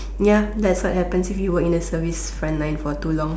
ya that's what happens if you are in the service front line for too long